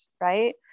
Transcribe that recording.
right